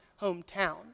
hometown